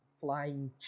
flying